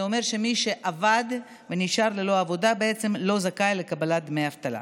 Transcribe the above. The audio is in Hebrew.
וזה אומר שמי שעבד ונשאר ללא עבודה בעצם לא זכאי לקבלת דמי אבטלה.